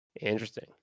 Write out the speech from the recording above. Interesting